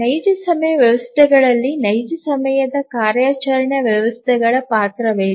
ನೈಜ ಸಮಯ ವ್ಯವಸ್ಥೆಗಳಲ್ಲಿ ನೈಜ ಸಮಯದ ಕಾರ್ಯಾಚರಣಾ ವ್ಯವಸ್ಥೆಗಳ ಪಾತ್ರವೇನು